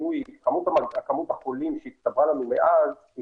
השינוי כמות החולים שהצטברה לנו מאז היא